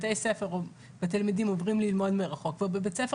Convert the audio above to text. יש בתי ספר בהם התלמידים עוברים ללמוד מרחוק ובית ספר